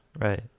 Right